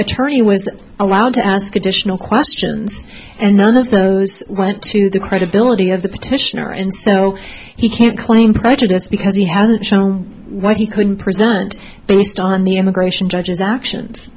attorney was allowed to ask additional questions and none of those went to the credibility of the petitioner and so he can't claim prejudice because he hasn't shown what he couldn't present based on the immigration